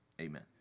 Amen